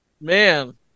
Man